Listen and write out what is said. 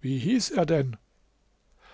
wie hieß er denn